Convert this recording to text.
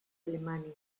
alemania